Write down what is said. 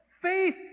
Faith